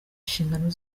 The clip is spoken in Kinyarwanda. inshingano